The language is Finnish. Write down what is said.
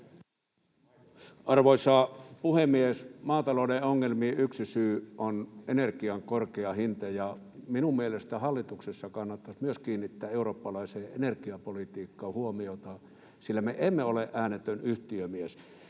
Arvoisa puhemies! Maatalouden ongelmiin yksi syy on energian korkea hinta, ja minun mielestäni hallituksessa kannattaisi kiinnittää huomiota eurooppalaiseen energiapolitiikkaan, sillä me emme ole äänetön yhtiömies.